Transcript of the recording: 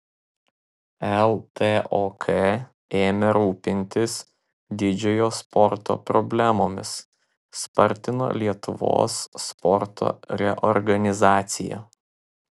ltok ėmė rūpintis didžiojo sporto problemomis spartino lietuvos sporto reorganizaciją